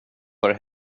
hör